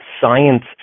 science